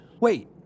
Wait